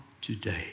today